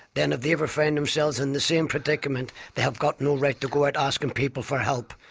then if they ever find themselves in the same predicament, they have got no right to go out asking people for help.